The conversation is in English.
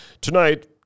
Tonight